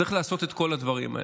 צריך לעשות את כל הדברים האלה.